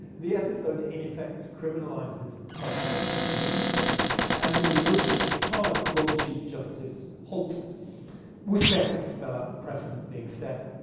the episode, in effect, criminalizes subtextual meaning and in the original trial, lord chief justice holt was careful to spell out the precedent being set.